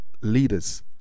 leaders